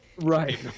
Right